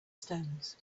stones